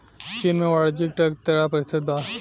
चीन में वाणिज्य टैक्स तेरह प्रतिशत बा